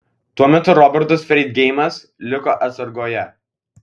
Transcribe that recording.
tuo metu robertas freidgeimas liko atsargoje